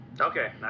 Okay